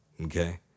Okay